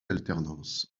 alternance